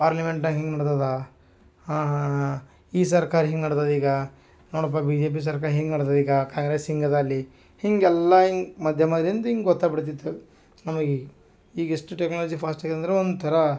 ಪಾರ್ಲಿಮೆಂಟ್ನಾಗ ಹಿಂಗೆ ನಡ್ದದಾ ಈ ಸರ್ಕಾರ ಹಿಂಗೆ ನಡ್ದದೆ ಈಗ ನೋಡಪ್ಪ ಬಿ ಜೆ ಪಿ ಸರ್ಕಾರ ಹಿಂಗೆ ನಡ್ದದೆ ಈಗ ಕಾಂಗ್ರೆಸ್ ಹಿಂಗೆ ಅದಾ ಅಲ್ಲಿ ಹಿಂಗೆಲ್ಲಾ ಹಿಂಗೆ ಮಾಧ್ಯಮದಿಂದ್ ಹಿಂಗೆ ಗೊತ್ತಾಗಿ ಬಿಡ್ತಿತ್ತು ನಮ್ಗೆ ಈಗ ಈಗ ಎಷ್ಟು ಟೆಕ್ನಾಲಿಜಿ ಫಾಸ್ಟ್ ಆಗ್ಯಾದ ಅಂದ್ರೆ ಒಂಥರ